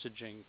messaging